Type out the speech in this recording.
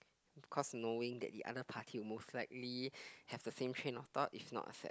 cause knowing that the other party will most likely have the same train of thought is not a sad